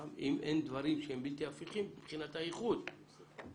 גם אם אין דברים שהם בלתי הפיכים מבחינת איחוד המכללות,